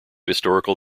historical